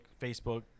Facebook